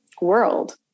world